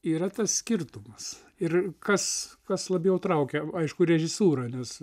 yra tas skirtumas ir kas kas labiau traukia aišku režisūra nes